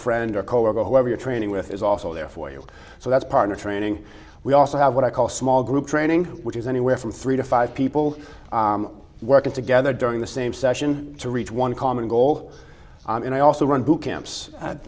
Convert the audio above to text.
friend or coworker whoever you're training with is also there for you so that's part of training we also have what i call small group training which is anywhere from three to five people working together during the same session to reach one common goal and i also run two camps